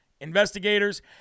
investigators